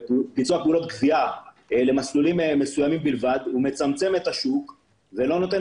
פעולות גבייה למסלולים מסוימים בלבד מצמצם את השוק ולא נותן